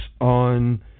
on